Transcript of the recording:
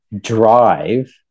drive